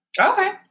Okay